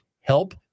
help